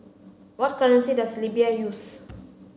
what currency does Libya use